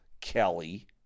Kelly